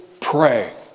pray